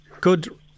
good